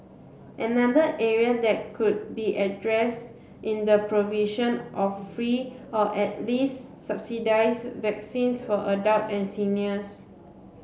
another area that could be addressed is the provision of free or at least subsidised vaccines for adults and seniors